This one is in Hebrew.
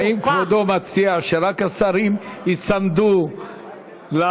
האם כבודו מציע שרק השרים ייצמדו לא,